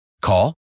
Call